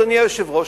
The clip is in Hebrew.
אדוני היושב-ראש,